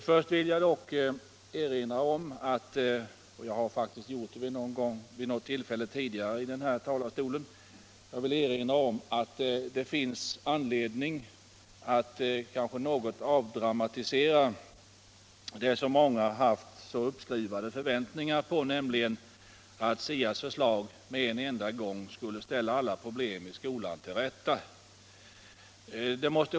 Först vill jag emellertid erinra om — jag har faktiskt gjort det också någon gång tidigare från denna talarstol — att det finns anledning att något avdramatisera det som många har haft så uppskruvade förväntningar på, nämligen att SIA:s förslag med en enda gång skulle ställa alla problem i skolan till rätta.